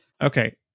Okay